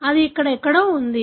అది ఇక్కడ ఎక్కడో ఉంది